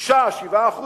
6% 7%?